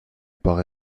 par